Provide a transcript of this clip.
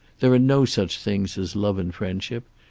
there are no such things as love and friendship.